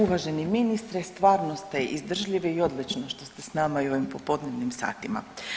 Uvaženi ministre stvarno ste izdržljivi i odvažni što ste s nama i u ovim popodnevnim satima.